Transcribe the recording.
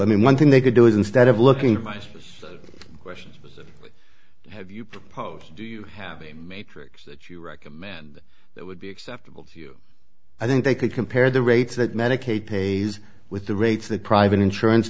i mean one thing they could do is instead of looking at my service question have you proposed to do you have a matrix that you recommend that would be acceptable to you i think they could compare the rates that medicaid pays with the rates that private insurance